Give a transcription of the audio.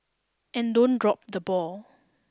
and don't drop the ball